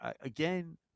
Again